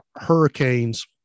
hurricanes